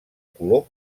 color